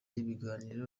ibiganiro